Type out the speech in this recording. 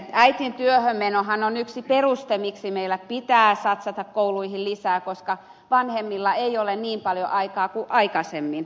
äidin työhön menohan on yksi peruste miksi meillä pitää satsata kouluihin lisää koska vanhemmilla ei ole niin paljon aikaa kuin aikaisemmin